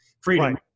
Freedom